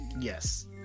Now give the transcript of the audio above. Yes